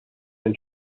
and